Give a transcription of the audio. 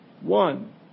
one